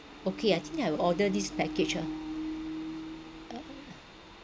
okay I think I will order this package ah uh